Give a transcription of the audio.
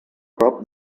prop